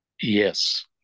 Yes